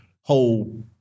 whole